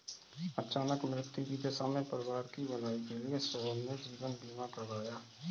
अचानक मृत्यु की दशा में परिवार की भलाई के लिए सोहन ने जीवन बीमा करवाया